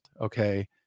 okay